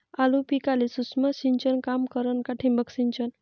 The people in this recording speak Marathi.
आलू पिकाले सूक्ष्म सिंचन काम करन का ठिबक सिंचन?